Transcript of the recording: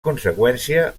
conseqüència